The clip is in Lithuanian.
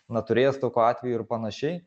na turėjęs tokių atvejų ir panašiai